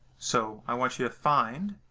so i want you to find